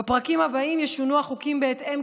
בפרקים הבאים ישונו החוקים בהתאם,